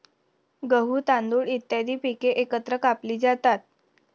गहू, तांदूळ इत्यादी पिके एकत्र कापली जातात